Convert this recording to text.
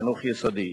בחינוך היסודי,